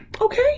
Okay